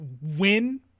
win